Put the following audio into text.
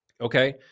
Okay